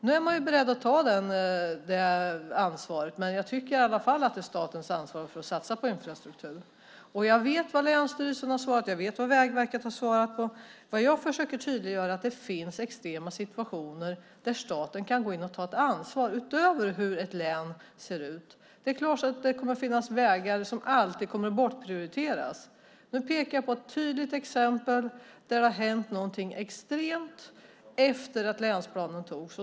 Nu är de beredda att ta detta ansvar, men jag tycker i alla fall att det är statens ansvar att satsa på infrastruktur. Jag vet vad länsstyrelsen har svarat och jag vet vad Vägverket har svarat. Vad jag försöker tydliggöra är att det finns extrema situationer där staten kan gå in och ta ett ansvar oavsett hur ett län ser ut. Det är klart att det alltid kommer att finnas vägar som bortprioriteras. Nu pekar jag på ett tydligt exempel där det har hänt något extremt efter det att länsplanen antogs.